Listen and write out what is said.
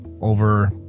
over